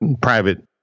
private